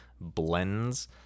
blends